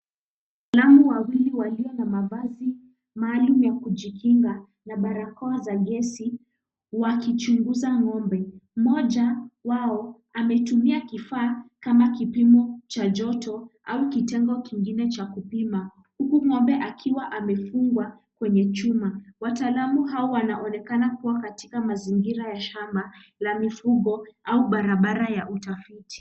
Wataalamu wawili walio na mavazi maalum ya kujikinga, na barakoa za gesi, wakichunguza ng'ombe. Mmoja wao ametumia kifaa kama kipimo cha joto, au kitengo kingine cha kupima. Huku ng'ombe akiwa amefungwa kwenye chuma. Wataalamu hao wanaonekana kuwa katika mazingira ya shamba la mifugo, au barabara ya utafiti.